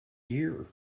year